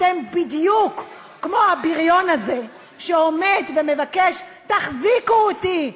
אתם בדיוק כמו הבריון הזה שעומד ומבקש: תחזיקו אותי,